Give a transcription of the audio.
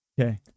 Okay